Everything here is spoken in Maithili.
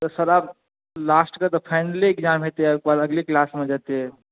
तऽ सर आब लास्ट के तऽ फाइनले एग्जाम हेतै आब ओहि के बाद अगले क्लासमे जेतै